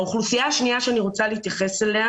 האוכלוסייה השנייה שאני רוצה להתייחס אליה